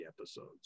episodes